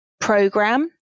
program